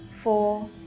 four